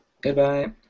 goodbye